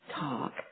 talk